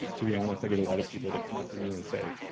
to be honest, i get a lot of people that come up to me and say,